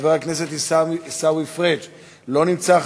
חבר הכנסת עיסאווי פריג' לא נמצא.